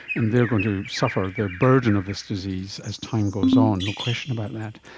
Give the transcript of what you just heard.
and they are going to suffer the burden of this disease as time goes on, no question about that.